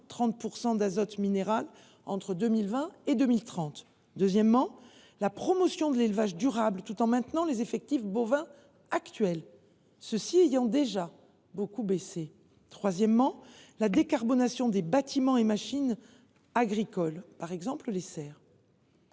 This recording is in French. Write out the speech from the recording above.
d’azote minéral entre 2020 et 2030 ; deuxièmement, la promotion de l’élevage durable, qui doit se faire en maintenant les effectifs bovins actuels, ceux ci ayant déjà beaucoup baissé ; troisièmement, la décarbonation des bâtiments et machines agricoles, par exemple les serres.